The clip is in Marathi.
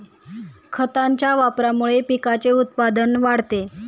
खतांच्या वापरामुळे पिकाचे उत्पादन वाढते